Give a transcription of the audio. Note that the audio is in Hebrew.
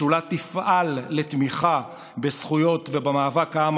השדולה תפעל לתמיכה בזכויות ובמאבק של העם